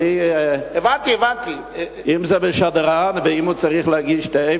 אם שדרן ואם הוא צריך להגיש תה,